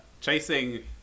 Chasing